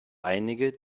einige